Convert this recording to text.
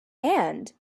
and